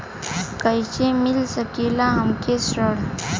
कइसे मिल सकेला हमके ऋण?